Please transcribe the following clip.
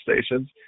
stations